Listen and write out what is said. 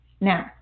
now